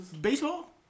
baseball